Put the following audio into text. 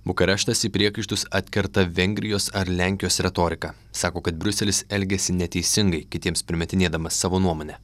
bukareštas į priekaištus atkerta vengrijos ar lenkijos retorika sako kad briuselis elgiasi neteisingai kitiems primetinėdamas savo nuomonę